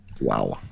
Wow